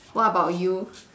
what about you